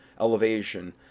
elevation